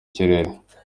kirere